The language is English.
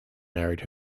married